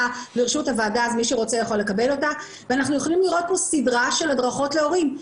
אנחנו יכולים לראות פה סדרה של הדרכות להורים.